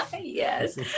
yes